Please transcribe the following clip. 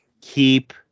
keep